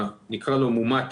נקרא לו מומת.